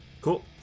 Cool